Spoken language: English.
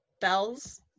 Bells